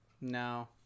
No